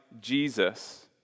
Jesus